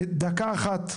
דקה אחת,